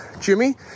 Jimmy